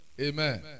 Amen